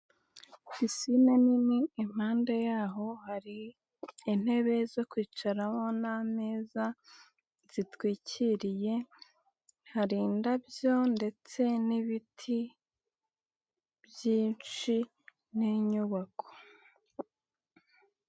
Pisine nini impande yaho hari intebe zo kwicaraho n'ameza zitwikiriye, hari indabyo ndetse n'ibiti byinshi n'inyubako.